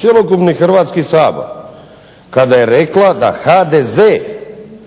cjelokupni Hrvatski sabor, kada je rekla da HDZ